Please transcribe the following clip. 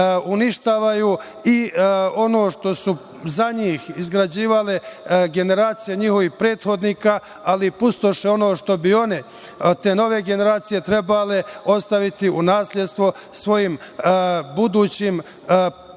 uništavaju i ono što su za njih izgrađivale generacije njihovih prethodnika, ali pustoše ono što bi one, te nove generacije trebale ostaviti u nasledstvo svojim budućim naslednicima,